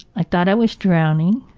i thought i was drowning.